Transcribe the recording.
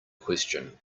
question